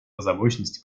озабоченности